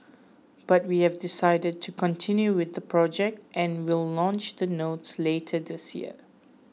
but we have decided to continue with the project and will launch the notes later this year